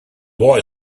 boy